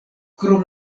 krom